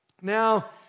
Now